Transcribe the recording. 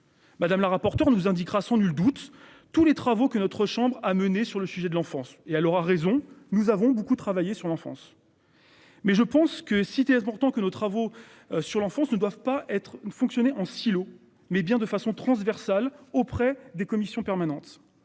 Madame la rapporteure nous indiquera sans nul doute tous les travaux que notre chambre à mener sur le sujet de l'enfance et elle aura raison, nous avons beaucoup travaillé sur l'enfance. Mais je pense que si pourtant que nos travaux sur l'enfance ne doivent pas être une fonctionner en silos mais bien de façon transversale auprès des commissions permanentes.